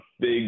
big